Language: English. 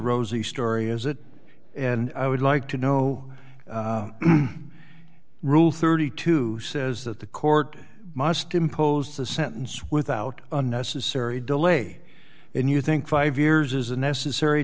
rosy story is it and i would like to know rule thirty two says that the court must impose a sentence without unnecessary delay and you think five years is unnecessary